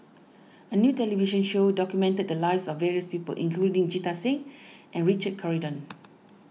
a new television show documented the lives of various people including Jita Singh and Richard Corridon